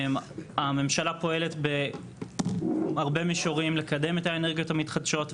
הממשלה פועלת בהרבה מישורים כדי לקדם את האנרגיות המתחדשות,